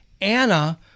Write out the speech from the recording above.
Anna